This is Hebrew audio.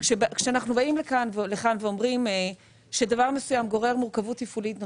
כשאנחנו באים לכאן ואומרים שדבר מסוים גורר מורכבות תפעולית נוספת,